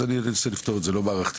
אז אני אנסה לפתור את זה באופן מערכתי